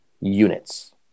units